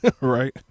Right